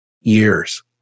years